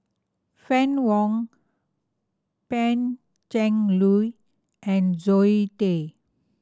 Fann Wong Pan Cheng Lui and Zoe Tay